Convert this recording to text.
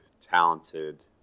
talented